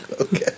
Okay